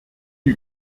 die